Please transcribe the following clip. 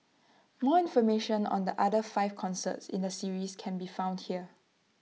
more information on the other five concerts in the series can be found here